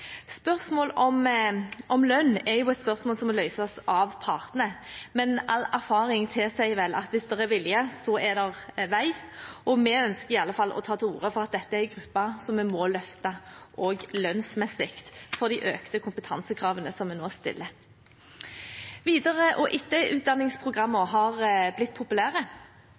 Spørsmål om lønn er jo et spørsmål som må løses av partene, men all erfaring tilsier at hvis det er vilje, er det vei, og vi ønsker i alle fall å ta til orde for at dette er en gruppe som vi må løfte også lønnsmessig for de økte kompetansekravene som vi nå stiller. Videre- og etterutdanningsprogrammer har blitt populære,